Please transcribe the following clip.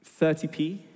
30p